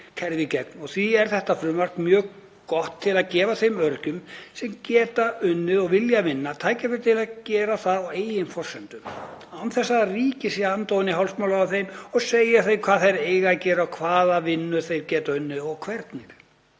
Því er þetta frumvarp mjög gott til að gefa þeim öryrkjum sem geta unnið og vilja vinna tækifæri til að gera það á eigin forsendum án þess að ríkið sé að anda ofan í hálsmálið á þeim og segja þeim hvað þeir eigi að gera, hvaða vinnu þeir geti unnið og hvernig.